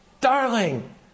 darling